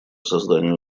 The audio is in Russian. созданию